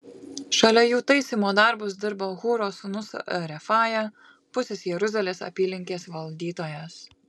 šalia jų taisymo darbus dirbo hūro sūnus refaja pusės jeruzalės apylinkės valdytojas